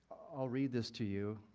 i will read this to you.